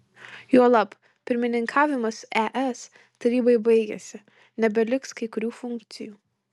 juolab pirmininkavimas es tarybai baigėsi nebeliks kai kurių funkcijų